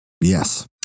yes